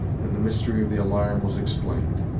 and the mystery of the alarm was explained.